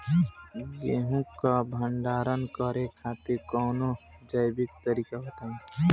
गेहूँ क भंडारण करे खातिर कवनो जैविक तरीका बताईं?